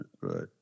right